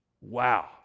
wow